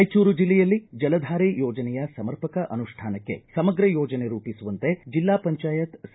ರಾಯಚೂರು ಜಿಲ್ಲೆಯಲ್ಲಿ ಜಲಧಾರೆ ಯೋಜನೆಯ ಸಮರ್ಪಕ ಅನುಷ್ಠಾನಕ್ಕೆ ಸಮಗ್ರ ಯೋಜನೆ ರೂಪಿಸುವಂತೆ ಜಿಲ್ಲಾ ಪಂಚಾಯತ್ ಸಿ